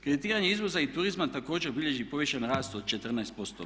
Kreditiranje izvoza i turizma također bilježi povišeni rast od 14%